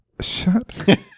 Shut